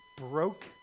broke